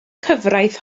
cyfraith